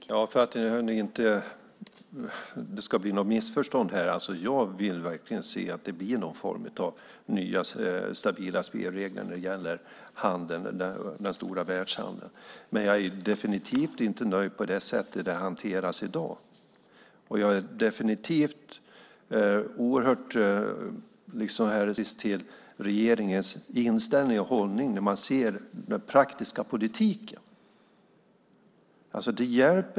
Fru talman! För att det inte ska bli något missförstånd vill jag säga följande. Jag vill verkligen se att det blir någon form av nya stabila spelregler när det gäller den stora världshandeln. Men jag är definitivt inte nöjd med det sätt det hanteras i dag. Jag är oerhört skeptisk till regeringens inställning och hållning när man ser den praktiska politiken.